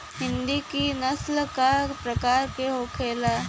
हिंदी की नस्ल का प्रकार के होखे ला?